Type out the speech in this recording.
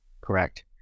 Correct